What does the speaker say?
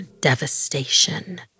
devastation